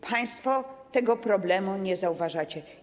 Państwo tego problemu nie zauważacie.